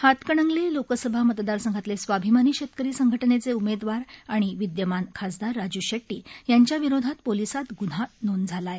हातकणंगले लोकसभा मतदारसंघातले स्वाभिमानी शेतकरी संघटनेचे उमेदवार आणि विद्यमान खासदार राजू शेट्टी यांच्या विरोधात पोलिसात गुन्हा नोंद झाला आहे